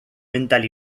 mental